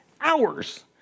hours